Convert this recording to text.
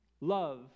Love